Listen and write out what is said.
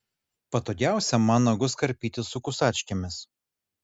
patogiausia man nagus karpyti su kusačkėmis